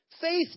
faith